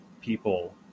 people